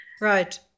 right